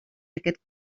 aquest